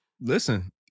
Listen